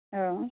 औ